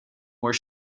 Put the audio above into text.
were